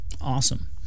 Awesome